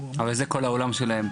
אבל זה כל העולם שלהם.